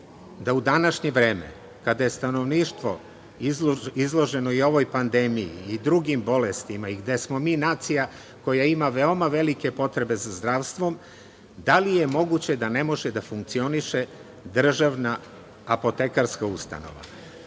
da u današnje vreme kada je stanovništvo izloženo i ovoj pandemiji i drugim bolestima i gde smo mi nacija koja ima veoma velike potrebe za zdravstvom, da li je moguće da ne može da funkcioniše državna apotekarska ustanova?